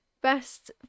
best